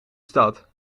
stad